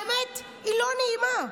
האמת היא לא נעימה,